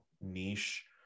niche